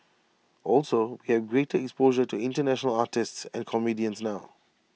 also we have greater exposure to International artists and comedians now